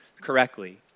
correctly